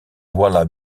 dawla